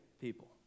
people